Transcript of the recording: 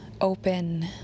open